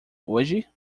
hoje